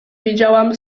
wiedziałam